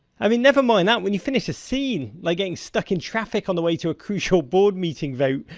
i mean, never mind that, when you finish a scene, like getting stuck in traffic on the way to a crucial board meeting vote,